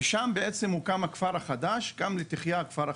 ושם בעצם הוקם הכפר החדש, קם לתחייה הכפר החדש.